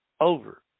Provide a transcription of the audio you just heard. over